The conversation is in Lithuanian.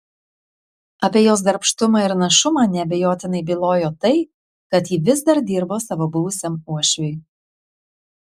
apie jos darbštumą ir našumą neabejotinai bylojo tai kad ji vis dar dirbo savo buvusiam uošviui